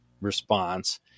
response